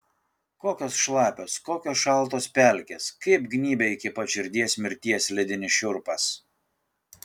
kokios šlapios kokios šaltos pelkės kaip gnybia iki pat širdies mirties ledinis šiurpas